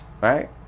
Right